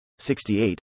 68